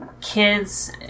Kids